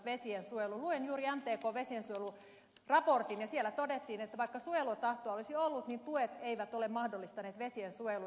luin juuri mtkn vesiensuojeluraportin ja siellä todettiin että vaikka suojelutahtoa olisi ollut niin tuet eivät ole mahdollistaneet vesiensuojelua